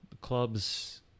clubs